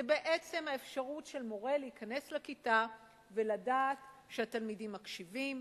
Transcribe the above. זו בעצם האפשרות של מורה להיכנס לכיתה ולדעת שהתלמידים מקשיבים,